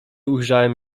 ujrzałem